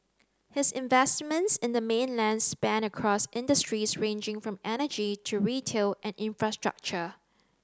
his investments in the mainland span across industries ranging from energy to retail and infrastructure